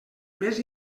més